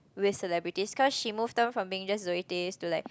with celebrities cause she move down from being just Zoe-Tay's to like